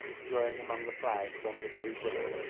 growing among the flags on the very brink,